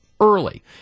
early